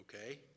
Okay